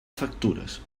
factures